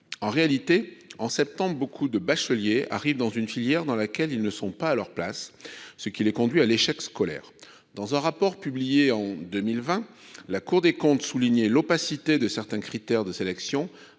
En réalité, beaucoup de bacheliers arrivent en septembre dans une filière où ils ne sont pas à leur place, ce qui les conduit à l'échec scolaire. Dans un rapport publié en 2020, la Cour des comptes soulignait l'opacité de certains critères de sélection